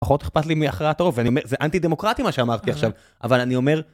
פחות אכפת לי מהכרעתו, וזה אנטי דמוקרטי מה שאמרתי עכשיו, אבל אני אומר...